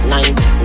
Nine